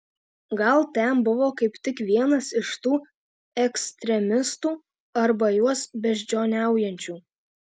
gal ten buvo kaip tik vienas iš tų ekstremistų arba juos beždžioniaujančių